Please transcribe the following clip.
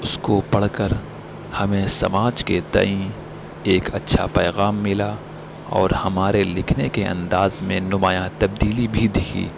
اس کو پڑھ کر ہمیں سماج کے تئیں ایک اچھا پیغام ملا اور ہمارے لکھنے کے انداز میں نمایاں تبدیلی بھی دکھی